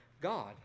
God